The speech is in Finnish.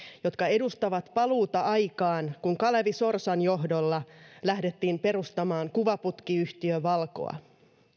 jotka edustavat paluuta aikaan kun kalevi sorsan johdolla lähdettiin perustamaan kuvaputkiyhtiö valcoa